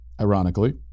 ironically